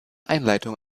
einleitung